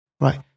right